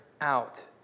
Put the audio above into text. out